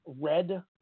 red